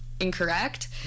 incorrect